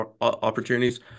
opportunities